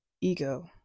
ego